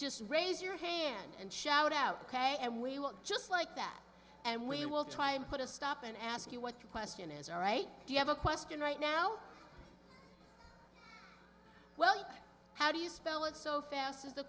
just raise your hand and shout out ok and we will just like that and we will try and put a stop and ask you what the question is all right do you have a question right now well how do you spell it so fast is the